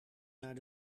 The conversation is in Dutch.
naar